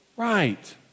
Right